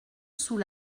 sous